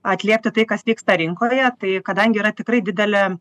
atliepti tai kas vyksta rinkoje tai kadangi yra tikrai didelė